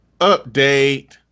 Update